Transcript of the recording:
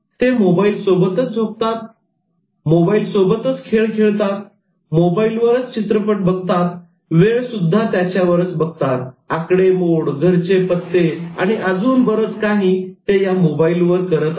ते मोबाईल सोबतच झोपतात खेळ खेळतात चित्रपट बघतायत वेळ सुद्धा त्याच्यावरच बघतात आकडेमोड घरचे पत्ते आणि अजून बरच काही ते या मोबाईलवरच करत आहेत